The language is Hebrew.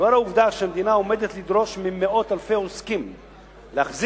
ולאור העובדה שהמדינה עומדת לדרוש ממאות אלפי עוסקים להחזיק